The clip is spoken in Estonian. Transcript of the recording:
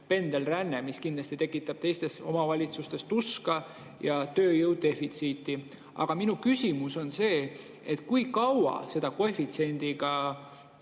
pendelränne, mis kindlasti tekitab teistes omavalitsustes tuska ja tööjõudefitsiiti. Aga minu küsimus on see: kui kaua seda koefitsiendiga